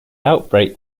outbreak